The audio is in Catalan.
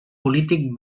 polític